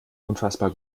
unfassbar